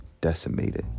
decimated